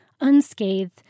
unscathed